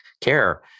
care